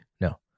No